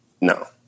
no